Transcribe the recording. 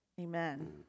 Amen